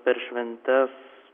per šventes